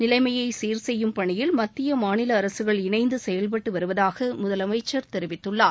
நிலைமையை சீர்செய்யும் பணியில் மத்திய மாநில அரசுகள் இணைந்து செயல்பட்டு வருவதாக முதலமைச்சர் தெரிவித்துள்ளார்